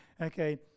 Okay